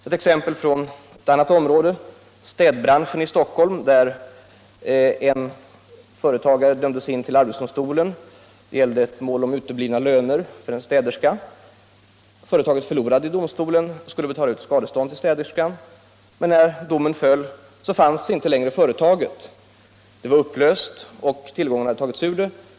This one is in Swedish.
Ett exempel från ett annat område gäller städbranschen i Stockholm, där en företagare stämdes till arbetsdomstolen; det gällde ett mål om uteblivna löner till en städerska. Företaget förlorade i domstolen och skulle betala ut skadestånd till städerskan. Men när domen föll fanns inte längre företaget. Det var upplöst, och tillgångarna hade tagits ur det.